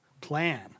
plan